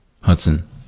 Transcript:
Hudson